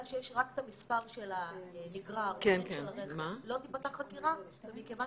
שיש רק את המספר של הנגרר לא תיפתח חקירה ומכיוון